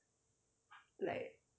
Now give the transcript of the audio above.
like